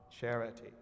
charity